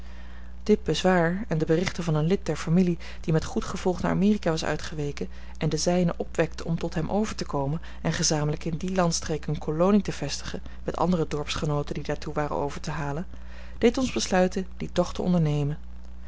dit bezwaar en de berichten van een lid der familie die met goed gevolg naar amerika was uitgeweken en de zijnen opwekte om tot hem over te komen en gezamenlijk in die landstreek eene kolonie te vestigen met andere dorpsgenooten die daartoe waren over te halen deed ons besluiten dien tocht te ondernemen